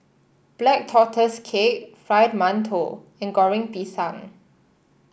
Black Tortoise Cake Fried Mantou and Goreng Pisang